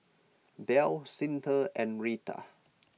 Bell Cyntha and Rita